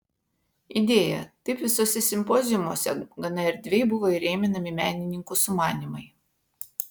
idėja taip visuose simpoziumuose gana erdviai buvo įrėminami menininkų sumanymai